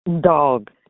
Dog